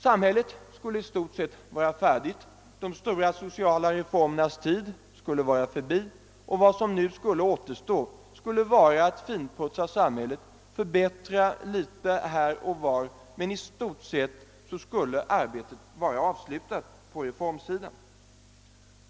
Samhället skulle i stort sett vara färdigt, de stora sociala reformernas tid skulle vara förbi och vad som nu skulle återstå vore att finputsa samhället och förbättra litet här och var. Men i stort sett skulle arbetet vara avslutat på reformsidan.